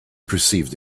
perceived